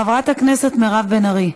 חברת הכנסת מירב בן ארי.